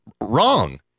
wrong